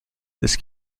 this